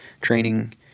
training